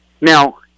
Now